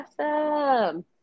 awesome